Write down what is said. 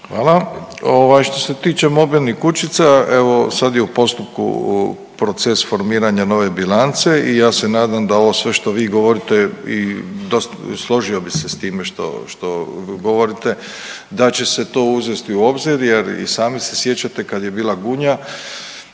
Hvala. Što se tiče mobilnih kućica, evo sad je u postupku proces formiranja nove bilance i ja se nadam da ovo sve što vi govorite i složio bih se sa time što govorite da će se to uzeti u obzir, jer i sami se sjećate kad je bila Gunja,